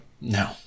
No